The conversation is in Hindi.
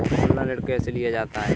ऑनलाइन ऋण कैसे लिया जाता है?